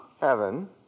Heaven